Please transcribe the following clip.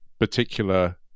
particular